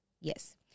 Yes